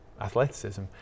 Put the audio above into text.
athleticism